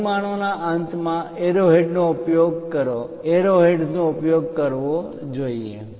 પરિમાણો ના અંતમાં એરોહેડ્સ નો ઉપયોગ કરો એરોહેડ્સનો ઉપયોગ કરવો જોઈએ